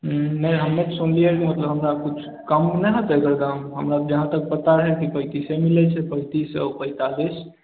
हूँ नहि हमे सुनलियै कि मतलब हमरा किछु कम ओम नहि होतय गऽ दाम हमरा जहाँ तक पता हय कि पैंतीसे मिलैत छै पैंतीस पैंतालीस